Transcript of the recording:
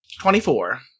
Twenty-four